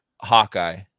Hawkeye